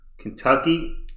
Kentucky